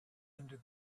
into